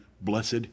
blessed